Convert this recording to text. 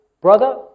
Brother